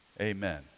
amen